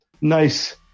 nice